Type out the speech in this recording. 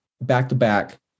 back-to-back